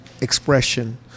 Expression